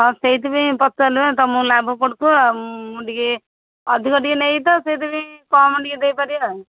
ହଁ ସେଇଥି ପାଇଁ ପଚାରିଲି ବା ତମ ଲାଭ ପଡ଼ୁଥିବ ଆଉ ମୁଁ ଟିକେ ଅଧିକ ଟିକେ ନେବି ତ ସେଇଥି ପାଇଁ କମ୍ ଟିକେ ଦେଇ ପାରିବେ ଆଉ